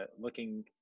looking